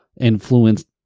Influenced